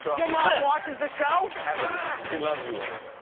your mum watches the show? heavily, she loves you, wendy.